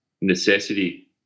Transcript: necessity